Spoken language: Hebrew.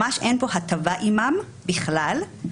ממש אין פה הטבה עימם בכלל.